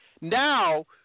Now